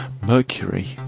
Mercury